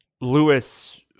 Lewis